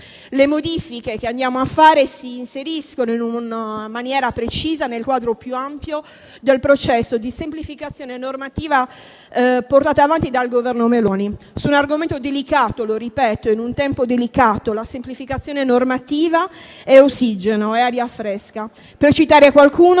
Le modifiche si inseriscono in maniera precisa nel quadro più ampio del processo di semplificazione normativa portato avanti dal Governo Meloni. Su un argomento delicato e - lo ripeto - in un tempo dedicato, la semplificazione normativa è ossigeno, è aria fresca; per citare qualcuno,